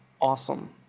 awesome